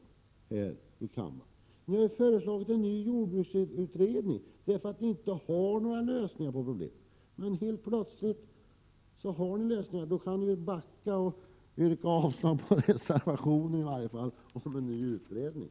Ni har ju föreslagit en ny jordbruksutredning därför att ni inte har några lösningar på problemen. Helt plötsligt skulle ni ha några lösningar. Då kan ni väl backa och i varje fall yrka avslag på reservationen om en ny utredning.